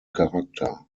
charakter